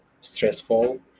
stressful